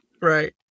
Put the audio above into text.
Right